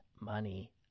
money